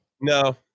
No